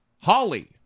Holly